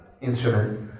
instruments